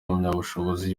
impamyabushobozi